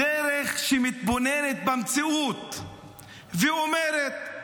דרך שמתבוננת במציאות ואומרת: